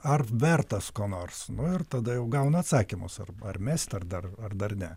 ar vertas ko nors nu ir tada jau gauna atsakymus ar ar mest ar dar ar dar ne